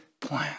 plan